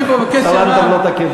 סלנטר לא תקף